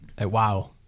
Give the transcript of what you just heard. wow